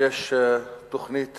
שיש תוכנית